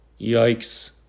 yikes